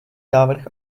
návrh